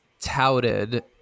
touted